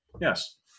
Yes